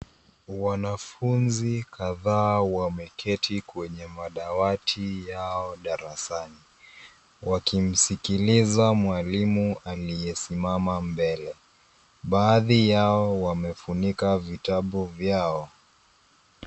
Wanafunzi kadhaa wameketi kwenye madawati yao darasani. Wakimsikiliza mwalimu aliyesimama mbele. Baadhi yao wamefunika vitabu vyao.